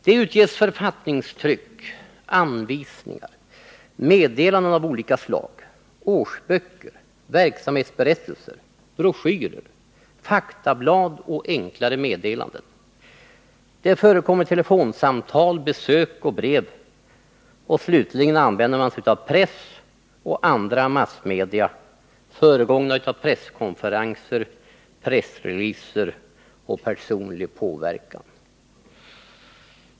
Det utges författningstryck, anvisningar, meddelanden av olika slag, årsböcker, verksamhetsberättelser, broschyrer, faktablad och enklare meddelanden. Det förekommer telefonsamtal, besök och brev. Slutligen använder man sig av press och andra massmedia — varvid publiceringen föregåtts av presskonferenser, pressreleaser och personlig påverkan.